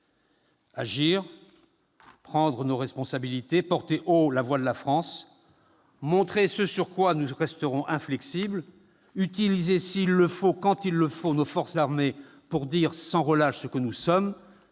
Agir, prendre nos responsabilités, porter haut la voix de la France, montrer ce sur quoi nous resterons inflexibles, utiliser s'il le faut, quand il le faut, nos forces armées pour dire sans relâche ce que nous sommes,